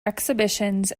exhibitions